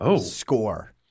score